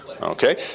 Okay